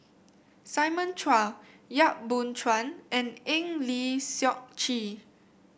Simon Chua Yap Boon Chuan and Eng Lee Seok Chee